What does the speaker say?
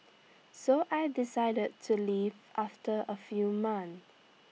so I decided to leave after A few months